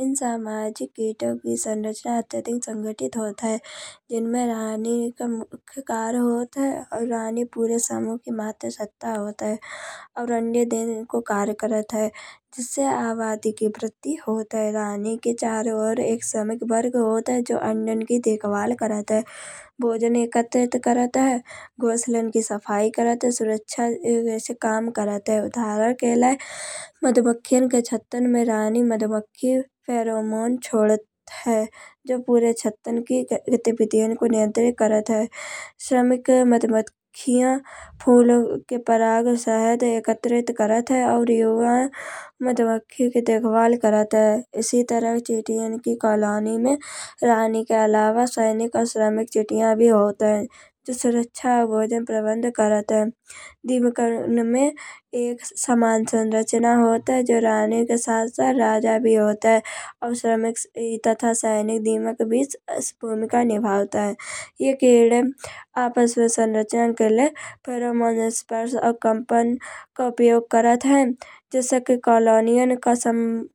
एन सामाजिक कीटो की संरचना अत्यधिक संगठित होत हैं। जिनमें रानी का मुख्य कार्य होत हैं और रानी पूरे समूह की महत्त्वसत्ता होत हैं। और अन्य देय को कार्य करत हैं। जिससे आबादी के प्रति होत हैं। रानी के चारो ओर एक श्रमिक वर्ग होत हैं जो अंडन की देखभाल करत हैं, भोजन एकत्रित करत हैं, घोसले की सफाई करत हैं, सुरक्षा जैसे काम करत हैं। उदाहरण के लय मधुमखियों के छत्तान में रानी मधुमखि फेरेमोन छोड़त हैं। जो पूरे छत्तान की गतिविधियाँ को नियंत्रित करत हैं। श्रमिक मधुमखियाँ फूलों के पराग, शहद एकत्रित करत हैं। और युवा मधुमखियों की देखभाल करत हैं। इसी तरह चिटियों की कॉलानी में रानी के अलावा सैनिक और श्रमिक चींटियाँ भी होत हैं। जो सुरक्षा होये का प्रबंध करत हैं। दीमकों में एक समान संरचना होत हैं जो रानी के साथ-साथ राजा भी होत हैं। और श्रमिक तथा सैनिक दीमक भी का निभौत हैं। ये कीड़न आपस में संरचना के लय परामर्श स्पर्श और कंपन का उपयोग करत हैं। जैसे कि कॉलोनियाँ का संपन्न।